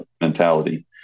mentality